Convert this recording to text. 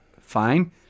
fine